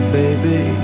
baby